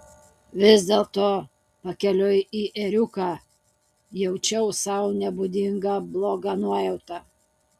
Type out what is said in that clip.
vis dėlto pakeliui į ėriuką jaučiau sau nebūdingą blogą nuojautą